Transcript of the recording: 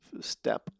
step